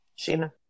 sheena